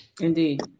Indeed